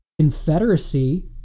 Confederacy